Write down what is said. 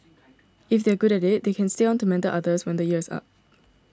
if they are good at it they can stay on to mentor others when the year is up